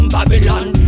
Babylon